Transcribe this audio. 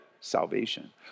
Salvation